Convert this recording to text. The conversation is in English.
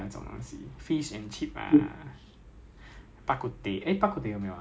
他们的 good food day 就是真的真的你吃 hor 你会 like !wah!